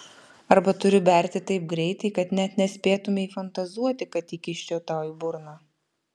arba turiu berti taip greitai kad net nespėtumei fantazuoti kad įkiščiau tau į burną